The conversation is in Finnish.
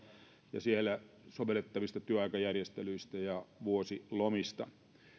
ja siellä sovellettavista työaikajärjestelyistä ja vuosilomista